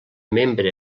membre